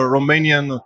Romanian